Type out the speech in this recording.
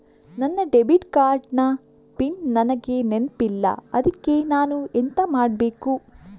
ನನ್ನ debit card ನ PIN ನನಗೆ ನೆನಪಿಲ್ಲ ಅದ್ಕೆ ನಾನು ಎಂತ ಮಾಡಬೇಕು?